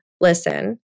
listen